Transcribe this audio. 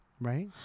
Right